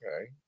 okay